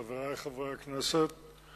חברי חברי הכנסת,